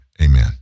Amen